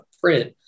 print